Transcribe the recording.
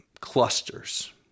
clusters